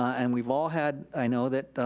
and we've all had, i know that,